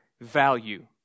value